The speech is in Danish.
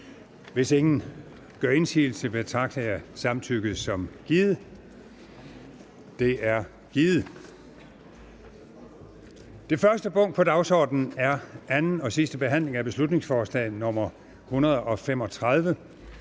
Hvis ingen gør indsigelse, betragter jeg samtykket som givet. Det er givet. --- Det første punkt på dagsordenen er: 1) 2. (sidste) behandling af beslutningsforslag nr. B 135: